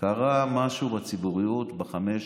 קרה משהו בציבוריות בחמש,